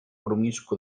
promiscu